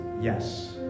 yes